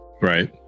right